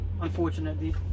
unfortunately